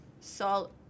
salt